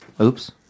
oops